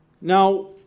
Now